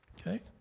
Okay